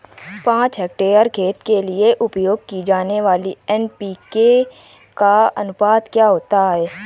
पाँच हेक्टेयर खेत के लिए उपयोग की जाने वाली एन.पी.के का अनुपात क्या होता है?